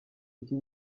iki